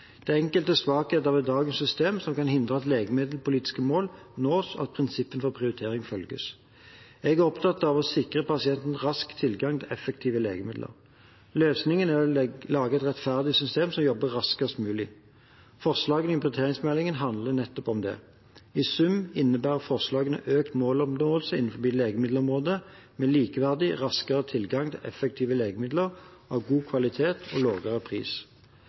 Det er enkelte svakheter ved dagens system som kan hindre at legemiddelpolitiske mål nås, og at prinsippene for prioritering følges. Jeg er opptatt av å sikre pasienten rask tilgang til effektive legemidler. Løsningen er å lage et rettferdig system som jobber raskest mulig. Forslagene i prioriteringsmeldingen handler nettopp om det. I sum innebærer forslagene økt måloppnåelse innenfor legemiddelområdet med likeverdig og raskere tilgang til effektive legemidler av god kvalitet og lavere pris.